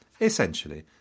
Essentially